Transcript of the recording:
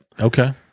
Okay